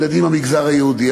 משל ילדים מהמגזר היהודי,